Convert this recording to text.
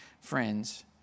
friends